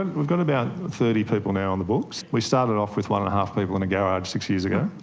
and we've got about thirty people now on the books. we started off with one and a half people in a garage six years ago.